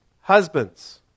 husbands